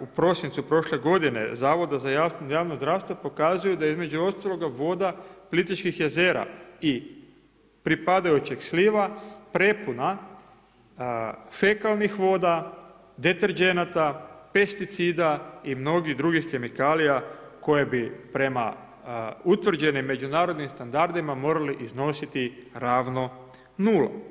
u prosincu prošle godine Zavoda za javno zdravstvo pokazuju da je između ostaloga voda Plitvičkih jezera i pripadajućeg sliva prepuna fekalnih voda, deterdženata, pesticida i mnogih drugih kemikalija koje bi prema utvrđenim međunarodnim standardima morali iznositi ravno nula.